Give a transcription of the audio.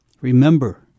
Remember